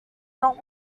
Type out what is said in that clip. not